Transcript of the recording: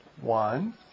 one